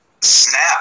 snap